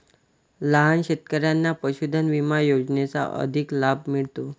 लहान शेतकऱ्यांना पशुधन विमा योजनेचा अधिक लाभ मिळतो